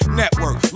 network